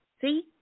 See